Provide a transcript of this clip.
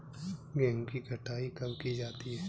गेहूँ की कटाई कब की जाती है?